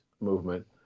movement